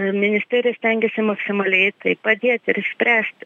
ministerija stengiasi maksimaliai tai padėti ir išspręsti